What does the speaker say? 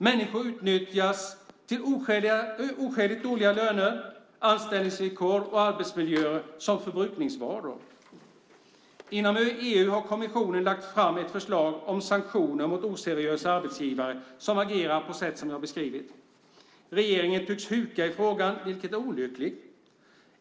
Människor utnyttjas som förbrukningsvaror till oskäligt dåliga löner, anställningsvillkor och arbetsmiljöer. Inom EU har kommissionen lagt fram ett förslag om sanktioner mot oseriösa arbetsgivare som agerar på sätt som jag beskrivit. Regeringen tycks huka i frågan, vilket är olyckligt.